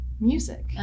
Music